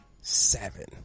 Seven